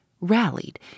rallied